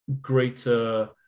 greater